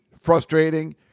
frustrating